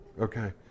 Okay